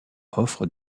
offre